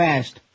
Fast